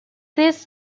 this